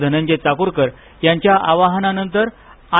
धनंजय चाकूरकर यांच्या आवाहनानंतर आय